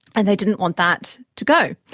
and they didn't want that to go.